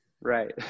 Right